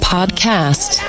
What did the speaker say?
Podcast